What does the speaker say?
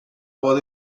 was